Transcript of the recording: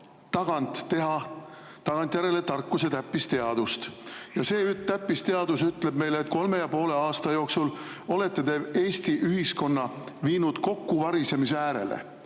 tagant tagantjärele tarkusena täppisteadust. See täppisteadus ütleb meile, et kolme ja poole aasta jooksul olete te Eesti ühiskonna viinud kokkuvarisemise äärele